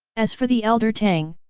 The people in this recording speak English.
as for the elder tang,